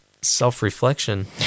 self-reflection